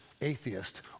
atheist